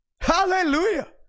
Hallelujah